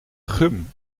gum